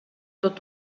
tot